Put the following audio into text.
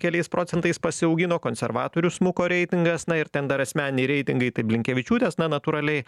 keliais procentais pasiaugino konservatorių smuko reitingas na ir ten dar asmeniniai reitingai tai blinkevičiūtės na natūraliai